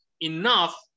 enough